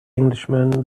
englishman